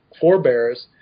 forebears